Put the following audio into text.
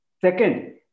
Second